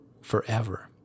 forever